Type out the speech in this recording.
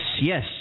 yes